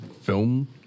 film